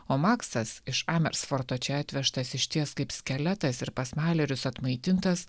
o maksas iš amersforto čia atvežtas išties kaip skeletas ir pas malerius atmaitintas